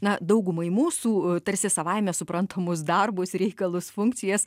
na daugumai mūsų tarsi savaime suprantamus darbus reikalus funkcijas